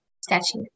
Statue